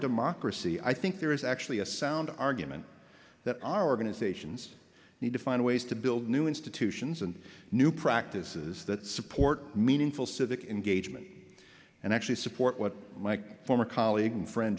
democracy i think there is actually a sound argument that our organizations need to find ways to build new institutions and new practices that support meaningful civic engagement and actually support what my former colleague and friend